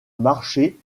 marché